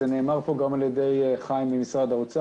זה גם נאמר פה על-ידי חיים ממשרד האוצר.